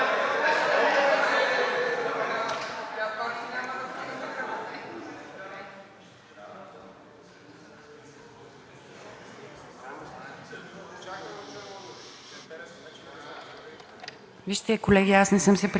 Вижте, колеги, аз не съм се притеснила. Седем месеца работя с тези хора и на пропагандни въпроси няма да отговарям, няма нужда.